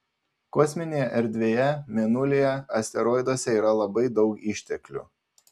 kosminėje erdvėje mėnulyje asteroiduose yra labai daug išteklių